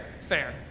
fair